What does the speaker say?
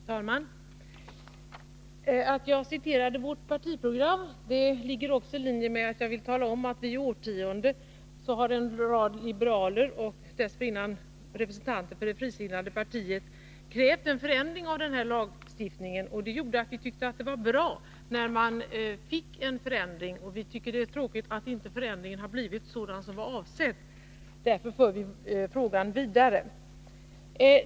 Herr talman! Att jag citerade vårt partiprogram ligger i linje med att jag vill tala om att en rad liberaler och dessförinnan representanter för det frisinnade partiet i årtionden har krävt en förändring av denna lagstiftning. Därför tyckte vi att det var bra, när det blev en förändring. Men vi tyckte att det var tråkigt att förändringen inte var en sådan som avsetts, och därför för vi frågan vidare.